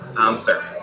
answer